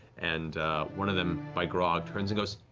and one of them by grog turns and goes,